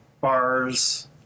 bars